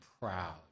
proud